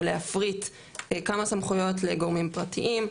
או להפריט כמה סמכויות לגורמים פרטיים,